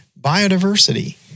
biodiversity